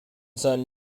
son